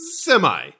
semi